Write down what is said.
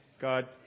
God